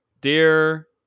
dear